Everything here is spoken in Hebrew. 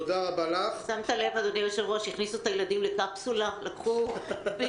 אין הסכם